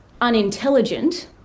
unintelligent